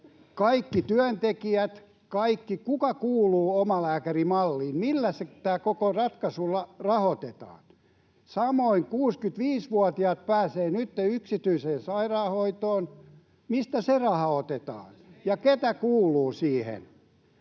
kaikki työntekijät? Kuka kuuluu omalääkärimalliin? Millä tämä koko ratkaisu rahoitetaan? Samoin jos 65-vuotiaat pääsevät nytten yksityiseen sairaanhoitoon, mistä se raha otetaan ja ketä kuuluu siihen?